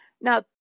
Now